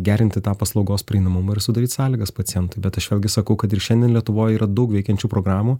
gerinti tą paslaugos prieinamumą ir sudaryt sąlygas pacientui bet aš vėlgi sakau kad ir šiandien lietuvoj yra daug veikiančių programų